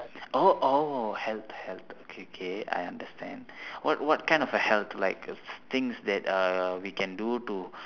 oh oh health health okay okay I understand what what kind of health like things that uh we can do to